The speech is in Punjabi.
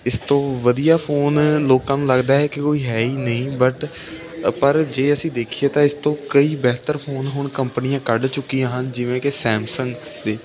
ਇਸ ਤੋਂ ਵਧੀਆ ਫੋਨ ਲੋਕਾਂ ਨੂੰ ਲੱਗਦਾ ਹੈ ਕਿ ਕੋਈ ਹੈ ਹੀ ਨਹੀਂ ਬਟ ਪਰ ਜੇ ਅਸੀਂ ਦੇਖੀਏ ਤਾਂ ਇਸ ਤੋਂ ਕਈ ਬਿਹਤਰ ਫੋਨ ਹੁਣ ਕੰਪਨੀਆਂ ਕੱਢ ਚੁੱਕੀਆਂ ਹਨ ਜਿਵੇਂ ਕਿ ਸੈਮਸੰਗ ਦੇ